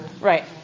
Right